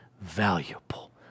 valuable